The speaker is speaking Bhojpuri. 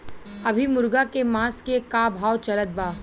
अभी मुर्गा के मांस के का भाव चलत बा?